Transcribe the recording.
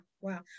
Wow